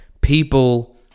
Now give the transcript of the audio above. people